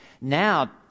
Now